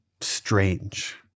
strange